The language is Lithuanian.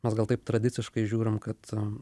mes gal taip tradiciškai žiūrim kad